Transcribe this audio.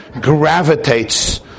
gravitates